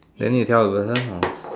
then you need to tell the person or